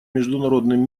международным